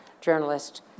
journalist